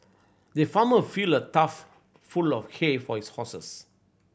the farmer filled a tough full of hay for his horses